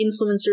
influencers